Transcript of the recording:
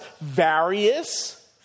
various